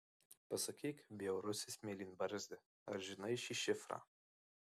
pasakyk bjaurusis mėlynbarzdi ar žinai šį šifrą